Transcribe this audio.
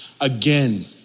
again